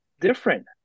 different